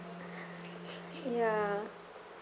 ya